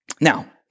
Now